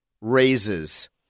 raises